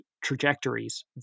trajectories